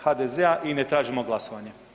HDZ-a i ne tražimo glasovanje.